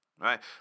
right